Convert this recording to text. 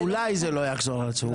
אולי זה לא יחזור על עצמו.